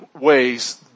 ways